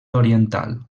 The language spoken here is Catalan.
oriental